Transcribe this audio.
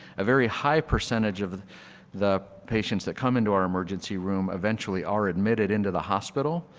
a very high percentage of the patients that come into our emergency room eventually are admitted into the hospital.